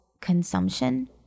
consumption